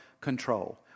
control